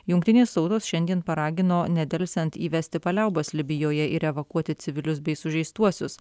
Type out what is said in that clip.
jungtinės tautos šiandien paragino nedelsiant įvesti paliaubas libijoje ir evakuoti civilius bei sužeistuosius